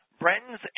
Breton's